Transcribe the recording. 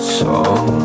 song